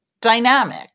dynamic